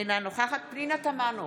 אינה נוכחת פנינה תמנו,